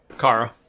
Kara